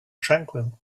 tranquil